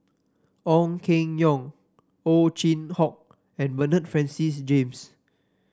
Ong Keng Yong Ow Chin Hock and Bernard Francis James